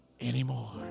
anymore